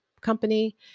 company